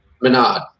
Menard